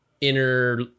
inner